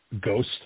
Ghost